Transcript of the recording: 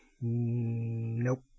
nope